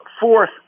fourth